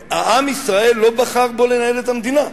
עם ישראל לא בחר בו לנהל את המדינה,